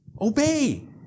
Obey